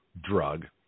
drug